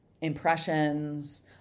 impressions